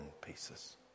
pieces